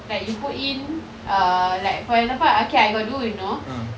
like you put in err like for example okay I got do you know